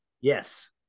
Yes